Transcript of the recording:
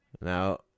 Now